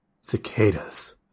cicadas